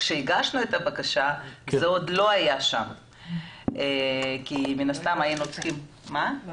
כשהגשנו את הבקשה זה עוד לא היה שם כי עוד לא